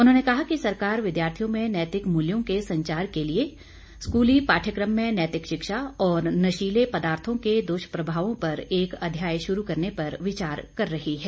उन्होंने कहा कि विद्यार्थियों में नैतिक मूल्यों के संचार के लिए स्कूली पाठ्यक्रम में नैतिक शिक्षा और नशीले पदार्थों के दुष्प्रमावों पर एक अध्याय शुरू करने पर विचार कर रही है